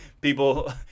people